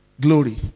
Glory